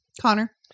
Connor